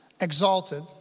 exalted